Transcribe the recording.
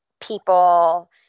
people